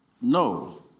No